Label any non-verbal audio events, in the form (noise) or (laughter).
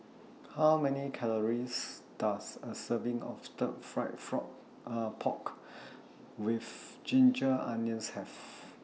How Many Calories Does A Serving of Stir Fry Frog (hesitation) Pork (noise) with Ginger Onions Have